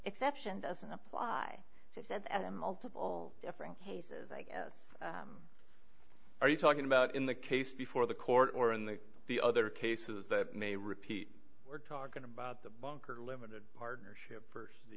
exception doesn't apply to said m multiple different cases are you talking about in the case before the court or in the the other cases that may repeat we're talking about the bunker limited partnership for the